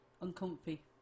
Uncomfy